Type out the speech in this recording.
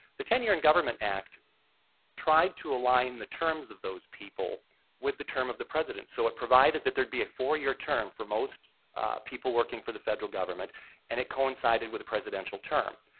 the tenure in government act tried to align the terms of those people with the term of the president. so it provided that there'd be a four year term for most people working for the federal government and it coincided with the presidential term.